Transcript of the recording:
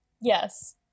yes